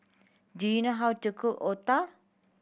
do you know how to cook otah